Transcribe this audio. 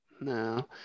No